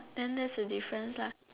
then that's the difference lah